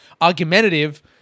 argumentative